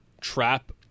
trap